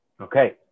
Okay